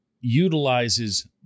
utilizes